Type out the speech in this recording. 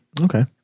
Okay